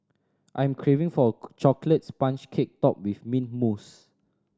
I am craving for a chocolate sponge cake topped with mint mousse